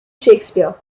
shakespeare